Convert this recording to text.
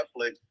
Netflix